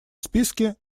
списке